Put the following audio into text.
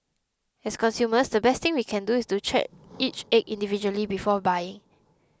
as consumers the best thing we can do is to check each egg individually before buying